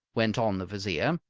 went on the vizier,